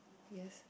yes